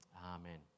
Amen